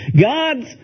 God's